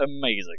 amazing